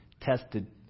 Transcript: tested